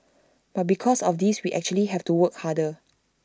because of this we actually have to work harder